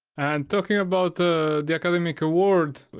talking about the the academic world,